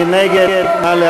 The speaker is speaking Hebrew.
מי נגד?